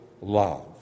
love